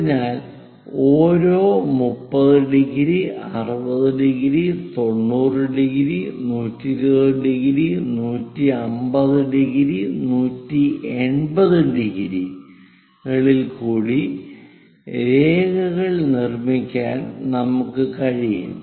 അതിനാൽ ഓരോ 30⁰ 60⁰ 90⁰ 120⁰ 150⁰ 180⁰ കളിൽ കൂടി രേഖകൾ നിർമ്മിക്കാൻ നമുക്ക് കഴിയും